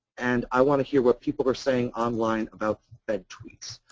and i want to hear what people are saying on line about fed tweets.